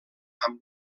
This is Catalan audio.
amb